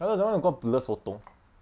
I thought that [one] is call blur sotong